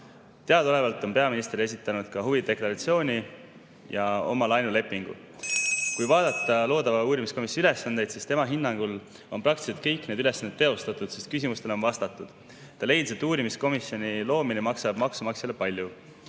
Teadaolevalt on peaminister esitanud ka huvide deklaratsiooni ja oma laenulepingud. (Juhataja helistab kella.) Kui vaadata loodava uurimiskomisjoni ülesandeid, siis tema hinnangul on praktiliselt kõik ülesanded teostatud, sest küsimustele on vastatud. Ta leidis, et uurimiskomisjoni loomine maksab maksumaksjale palju.